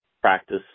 practice